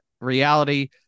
reality